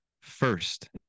first